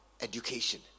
education